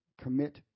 commit